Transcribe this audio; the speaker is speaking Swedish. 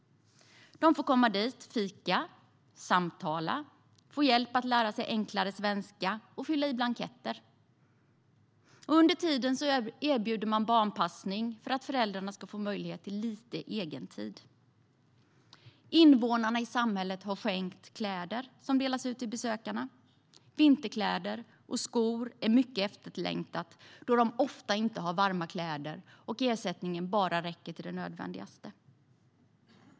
De får komma dit och fika, samtala, få hjälp med att lära sig enklare svenska och att fylla i blanketter. Under tiden erbjuds barnpassning så att föräldrarna ska få lite egentid. Invånarna i samhället har skänkt kläder som delas ut till besökarna. Vinterkläder och skor är mycket efterlängtade då de asylsökande ofta inte har varma kläder och ersättningen de får bara räcker till det nödvändigaste.